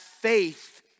faith